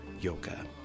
Yoga